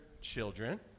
children